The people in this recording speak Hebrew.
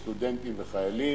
סטודנטים וחיילים,